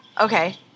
Okay